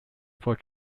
for